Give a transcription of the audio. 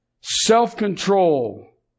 self-control